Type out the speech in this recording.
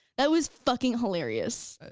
that was fucking hilarious.